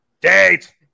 Date